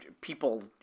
people